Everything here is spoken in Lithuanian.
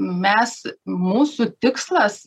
mes mūsų tikslas